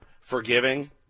Forgiving